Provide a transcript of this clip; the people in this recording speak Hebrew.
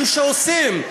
קשה לכם לראות אנשים שעושים.